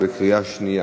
בקריאה שנייה.